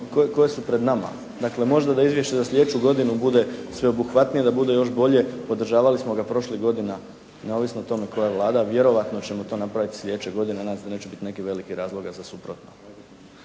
koje su pred nama. Dakle, možda da izvješće za slijedeću godinu bude sveobuhvatnije, da bude još bolje, podržavali smo ga prošlih godina neovisno o tome koja je Vlada. Vjerojatno ćemo to napraviti slijedeće godine. Nadam se da neće biti nekih velikih razloga za suprotno.